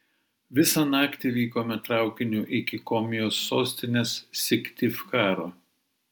visą naktį vykome traukiniu iki komijos sostinės syktyvkaro